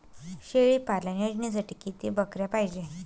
शेळी पालन योजनेसाठी किती बकऱ्या पायजे?